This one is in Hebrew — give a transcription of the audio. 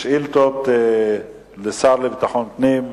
שאילתות לשר לביטחון הפנים,